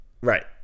Right